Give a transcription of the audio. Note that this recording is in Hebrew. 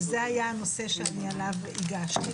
וזה היה הנושא שאני עליו הגשתי,